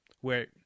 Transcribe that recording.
where-